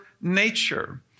nature